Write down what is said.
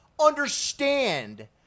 understand